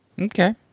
Okay